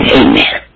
amen